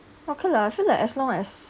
okay lah I feel like as long as